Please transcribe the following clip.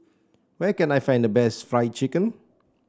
where can I find the best Fried Chicken